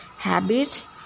habits